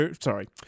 sorry